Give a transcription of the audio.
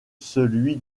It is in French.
celui